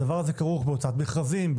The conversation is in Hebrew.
הדבר הזה כרוך בהוצאת מכרזים,